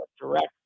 direct